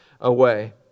away